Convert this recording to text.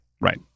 Right